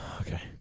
okay